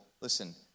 listen